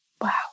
Wow